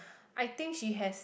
I think she has